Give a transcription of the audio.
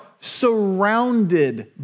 surrounded